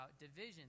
division